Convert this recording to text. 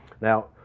Now